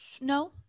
no